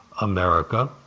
America